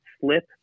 slip